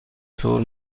طور